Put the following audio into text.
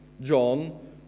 John